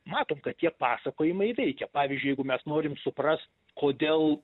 matom kad tie pasakojimai veikia pavyzdžiui jeigu mes norim suprast kodėl